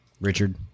Richard